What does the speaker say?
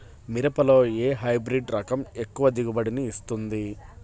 మిరపలో ఏ హైబ్రిడ్ రకం ఎక్కువ దిగుబడిని ఇస్తుంది?